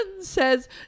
says